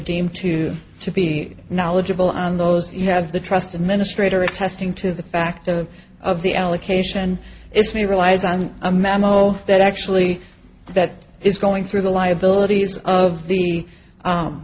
deemed to to be knowledgeable on those you have the trust and ministre her attesting to the fact of of the allocation it's me relies on a memo that actually that is going through the liabilities of the